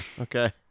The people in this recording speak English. okay